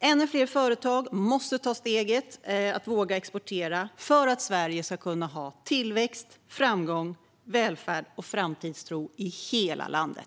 Ännu fler företag måste våga ta steget att exportera för att Sverige ska kunna ha tillväxt, framgång, välfärd och framtidstro i hela landet.